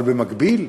אבל במקביל,